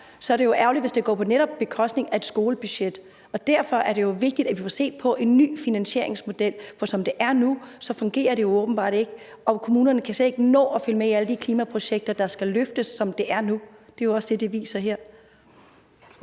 om, er det jo ærgerligt, hvis det netop bliver på bekostning af et skolebudget. Derfor er det jo vigtigt, at vi får set på en ny finansieringsmodel, for som det er nu, fungerer det åbenbart ikke. Og kommunerne kan slet ikke nå at følge med alle de klimaprojekter, der skal løftes, som det er nu. Det er jo også det, som det her